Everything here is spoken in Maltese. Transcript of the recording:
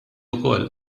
ukoll